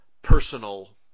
Personal